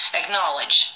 acknowledge